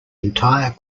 entire